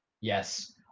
Yes